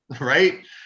Right